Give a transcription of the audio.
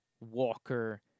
Walker